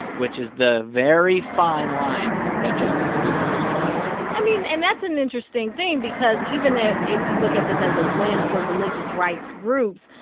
which is the very fine line that justice alito was drawing here i mean, and that's an interesting thing because even ah if you look at this as a win for religious rights groups,